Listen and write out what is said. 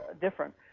different